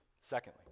Secondly